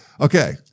okay